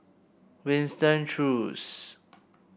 Winston Choos